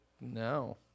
No